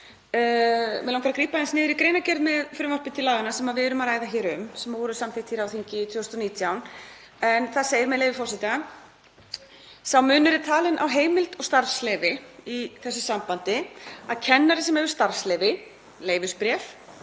Mig langar að grípa aðeins niður í greinargerð með frumvarpi til laganna sem við erum að ræða hér um, sem voru samþykkt hér á þingi 2019. Þar segir, með leyfi forseta: „Sá munur er talinn á heimild og starfsleyfi í þessu sambandi að kennari sem hefur starfsleyfi (leyfisbréf)